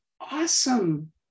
awesome